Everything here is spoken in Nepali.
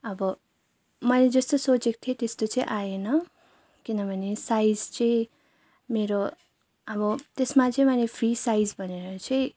अब मैले जस्तो सोचेक थिएँ त्यस्तो चाहिँ आएन किनभने साइज चाहिँ मेरो अब त्यसमा चाहिँ मैले फ्री साइज भनेर चाहिँ